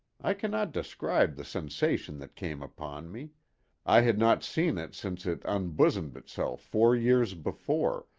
i cannot describe the sensation that came upon me i had not seen it since it unbosomed itself four years before,